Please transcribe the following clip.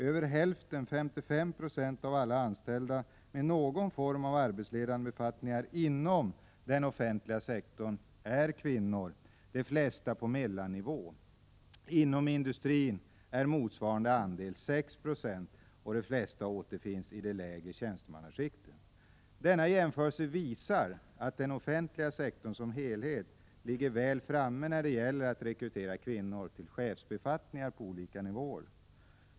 Över hälften, 55 90, av alla anställda med någon form av arbetsledande befattningar inom den offentliga sektorn är kvinnor — de flesta på mellannivå. Inom industrin är motsvarande andel 6 26, och de flesta återfinns i de lägre tjänstemannaskikten. Denna jämförelse visar att den offentliga sektorn som helhet ligger väl framme när det gäller att rekrytera kvinnor till chefsbefattningar på olika nivåer.